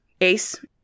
ace